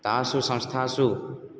तासु संस्थासु